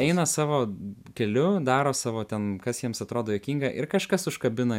eina savo keliu daro savo ten kas jiems atrodo juokinga ir kažkas užkabina